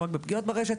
לא רק פגיעות ברשת,